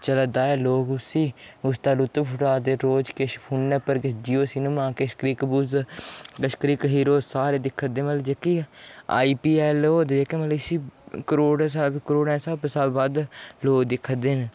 चलै दा ऐ लोक उसी उसदा लुत्फ उठा दे रोज किश फोनै उप्पर किश जियो सिनेमा किश क्रिकबज़ किश क्रिकहीरो सारे दिक्खै दे मतलब जेह्का आईपीऐल्ल होऐ दे जेह्के मतलब इसी करोड़ें दे स्हाबै शा बद्ध लोक दिक्खै दे न